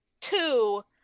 Two